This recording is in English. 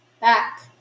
back